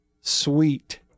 sweet